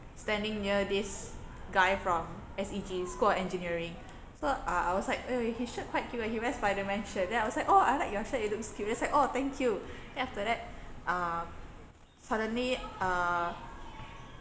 standing near this guy from S_E_G school of engineering so uh I was like his shirt quite cute eh he wear spider-man shirt then I was like oh I like your shirt it looks cute then he was like oh thank you then after that um suddenly uh